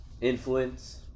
influence